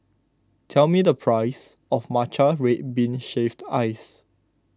tell me the price of Matcha Red Bean Shaved Ice